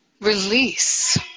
release